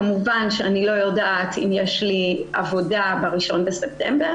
כמובן שאני לא יודעת אם יש לי עבודה ב-1 בספטמבר